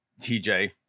TJ